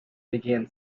began